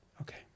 Okay